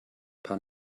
paar